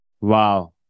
Wow